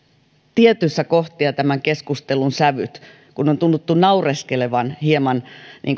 tietyissä kohdissa tämän keskustelun sävyt kun on tunnuttu naureskelevan hieman